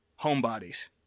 homebodies